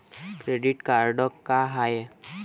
Credit card का हाय?